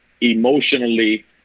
emotionally